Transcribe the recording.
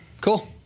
Cool